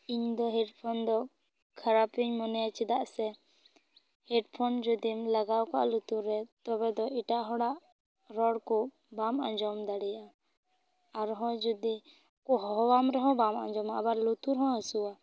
ᱤᱧᱫᱚ ᱦᱮᱰᱯᱷᱳᱱ ᱫᱚ ᱠᱷᱟᱨᱟᱯ ᱤᱧ ᱢᱚᱱᱮᱭᱟ ᱪᱮᱫᱟ ᱥᱮ ᱦᱮᱰᱯᱷᱳᱱ ᱡᱚᱫᱤᱢ ᱞᱟᱜᱟᱣ ᱠᱟᱜᱼᱟ ᱞᱩᱴᱩᱨ ᱨᱮ ᱛᱚᱵᱮ ᱫᱚ ᱤᱴᱟᱜ ᱦᱚᱲᱟᱜ ᱨᱚᱲ ᱠᱚ ᱵᱟᱢ ᱟᱸᱡᱚᱢ ᱫᱟᱲᱮᱭᱟᱜᱼᱟ ᱟᱨᱦᱚ ᱡᱩᱫᱤ ᱠᱚ ᱦᱚᱦᱚ ᱟᱢ ᱨᱮᱦᱚᱸ ᱵᱟᱢ ᱟᱸᱡᱚᱢᱼᱟ ᱞᱩᱛᱩᱨ ᱦᱚ ᱦᱟᱹᱥᱩᱼᱟ